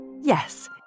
Yes